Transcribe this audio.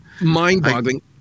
Mind-boggling